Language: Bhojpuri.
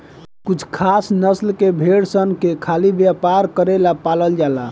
कुछ खास नस्ल के भेड़ सन के खाली व्यापार करेला पालल जाला